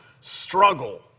struggle